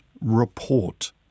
report